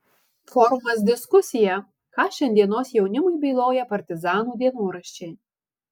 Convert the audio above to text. forumas diskusija ką šiandienos jaunimui byloja partizanų dienoraščiai